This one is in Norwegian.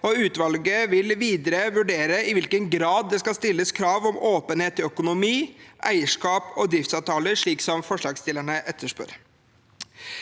Utvalget vil videre vurdere i hvilken grad det skal stilles krav om åpenhet i økonomi, eierskap og driftsavtaler, slik forslagsstillerne etterspør.